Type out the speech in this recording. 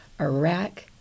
Iraq